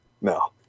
No